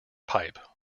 pipe